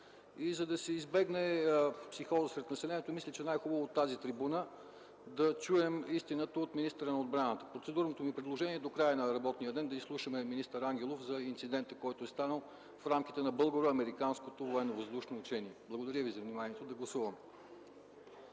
За да се избегне психоза сред населението, мисля, че е най-хубаво от тази трибуна да чуем истината от министъра на отбраната. Процедурното ми предложение е: до края на работния ден да изслушаме министър Ангелов за инцидента, който е станал в рамките на българо-американското военновъздушно учение. Благодаря Ви за вниманието. ПРЕДСЕДАТЕЛ